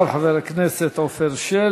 חבר הכנסת חיים ילין, ואחריו, חבר הכנסת עפר שלח.